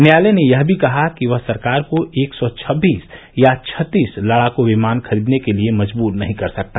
न्यायालय ने यह भी कहा कि वह सरकार को एक सौ छब्बीस या छत्तीस लड़ाकू विमान खरीदने के लिए मजबूर नहीं कर सकता